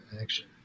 action